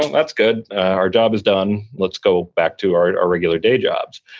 that's good. our job is done. let's go back to our regular day jobs.